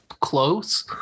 close